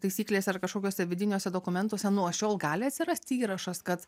taisyklėse ar kažkokiuose vidiniuose dokumentuose nuo šiol gali atsirasti įrašas kad